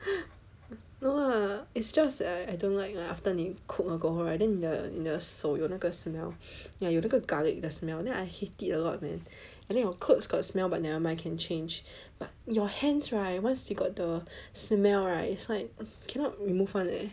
no lah it's just that I don't like that after 你 cook 了过后 then 你的手有那个 smell ya 有那个 garlic 的 smell then I hate it a lot man and then your clothes got smell but never mind can change but your hands right once you got the smell right it's like cannot remove [one] leh